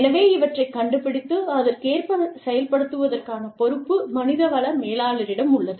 எனவே இவற்றைக் கண்டுபிடித்து அதற்கேற்ப செயல்படுவதற்கான பொறுப்பு மனிதவள மேலாளரிடம் உள்ளது